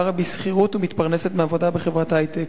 גרה בשכירות ומתפרנסת מעבודה בחברת היי-טק.